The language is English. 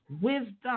wisdom